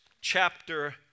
chapter